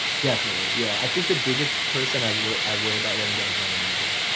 definitely, yeah. i think the biggest person i worry i worry about letting down is my manager.